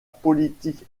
politique